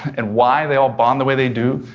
and why they all bond the way they do,